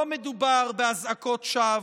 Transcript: לא מדובר באזעקות שווא,